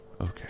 Okay